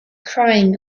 crying